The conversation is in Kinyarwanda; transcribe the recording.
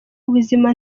ubuzima